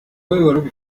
basohokanye